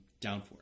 downforce